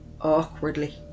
awkwardly